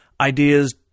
ideas